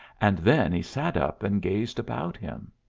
and then he sat up and gazed about him.